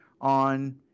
on